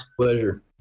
Pleasure